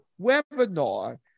webinar